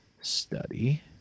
study